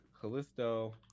Callisto